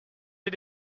des